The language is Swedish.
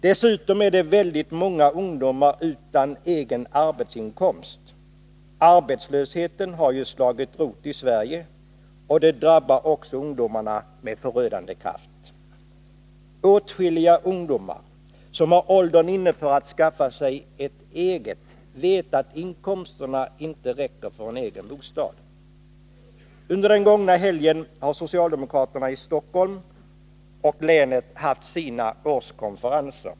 Dessutom är väldigt många ungdomar utan egen arbetsinkomst — arbetslösheten har slagit rot i Sverige, och den drabbar också ungdomarna med förödande kraft. Åtskilliga ungdomar som har åldern inne för att skaffa sig eget vet att inkomsterna inte räcker för en egen bostad. Under den gångna helgen har socialdemokraterna i Stockholm och Stockholms län haft sina årskonferenser.